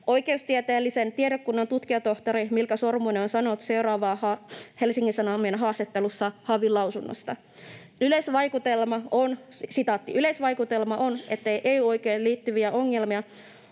Oikeustieteellisen tiedekunnan tutkijatohtori Milka Sormunen on sanonut seuraavaa Helsingin Sanomien haastattelussa HaVin mietinnöstä: ”Yleisvaikutelma on, ettei EU-oikeuteen liittyviä ongelmia